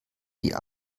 die